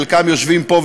חלקם יושבים פה,